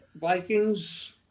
Vikings